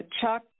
Chuck